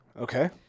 Okay